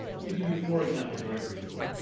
let me give you four examples very briefly.